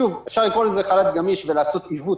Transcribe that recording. אפשר לקרוא לזה חל"ת גמיש ולעשות עיוות